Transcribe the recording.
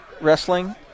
wrestling